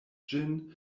ĝin